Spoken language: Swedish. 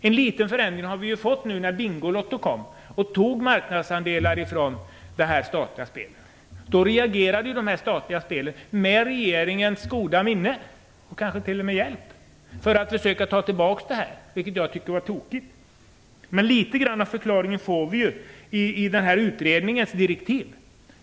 En liten förändring har vi fått i och med Bingolotto, som tagit marknadsandelar från de statliga spelen. De statliga spelen reagerade - med regeringens goda minne, och kanske t.o.m. med dess hjälp - för att försöka ta tillbaka andelar. Det tyckte jag var tokigt. Men en liten förklaring får vi i utredningens direktiv.